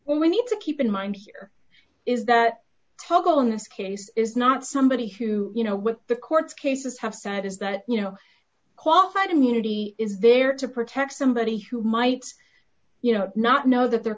when we need to keep in mind here is that total in this case is not somebody who you know what the court's cases have said is that you know qualified immunity is there to protect somebody who might you know not know that their